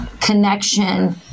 connection